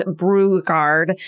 Brugard